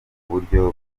buryo